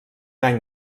any